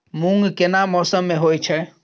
मूंग केना मौसम में होय छै?